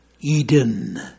Eden